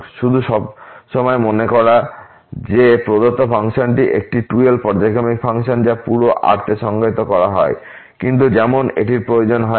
শুধু সবসময় মনে করা যে প্রদত্ত ফাংশনটি একটি 2l পর্যায়ক্রমিক ফাংশন যা পুরো R তে সংজ্ঞায়িত করা হয় কিন্তু যেমন এটির প্রয়োজন হয় না